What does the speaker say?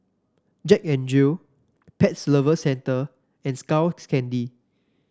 Jack N Jill Pet Lovers Centre and Skull Candy